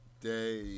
day